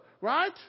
Right